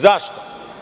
Zašto?